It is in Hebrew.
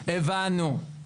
הבנו.